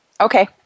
okay